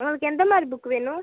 உங்களுக்கு எந்தமாதிரி புக்கு வேணும்